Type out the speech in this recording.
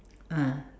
ah